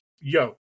yo